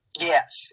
Yes